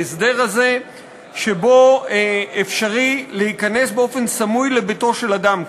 ההסדר הזה שבו אפשרי להיכנס באופן סמוי לביתו של אדם,